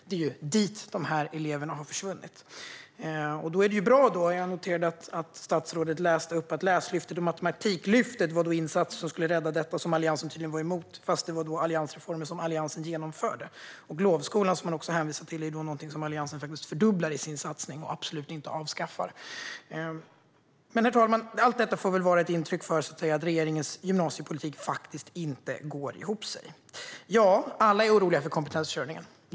Det är dit eleverna har försvunnit. Jag noterade att statsrådet läste upp att Läslyftet och Matematiklyftet var insatser som skulle rädda det som Alliansen tydligen var emot, fastän det var alliansreformer som Alliansen genomförde. Lovskolan, som man också hänvisar till, är någonting som Alliansen fördubblar i sitt förslag till satsning och absolut inte avskaffar. Herr talman! Allt detta får väl vara ett uttryck för att regeringens gymnasiepolitik inte går ihop. Ja, alla är oroliga för kompetensförsörjningen.